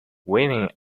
women